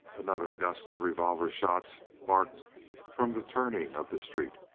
another gust of revolver shots barked from the turning of the street,